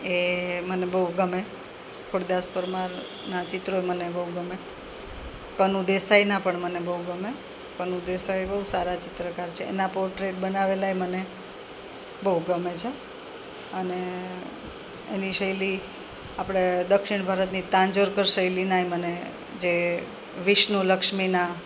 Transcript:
એ મને બહુ ગમે ખોડીદાસ પરમારનાં ચિત્રો મને બહુ ગમે કનુ દેસાઇનાં પણ મને બહુ ગમે કનુ દેસાઇ બહુ સારા ચિત્રકાર છે એના પોટ્રેટ બનાવેલા ઈ મને બહુ ગમે છે અને એની શૈલી આપણે દક્ષિણ ભારતની તાંજોરકર શૈલીનાય મને જે વિષ્ણુ લક્ષ્મીના